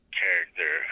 character